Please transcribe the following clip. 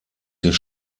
des